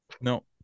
No